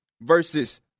versus